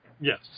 Yes